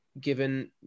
given